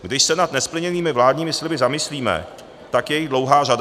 Když se nad nesplněnými vládními sliby zamyslíme, tak je jich dlouhá řada.